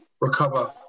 recover